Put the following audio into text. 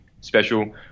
special